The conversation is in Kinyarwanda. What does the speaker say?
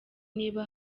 niba